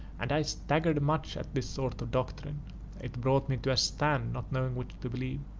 and i staggered much at this sort of doctrine it brought me to a stand, not knowing which to believe,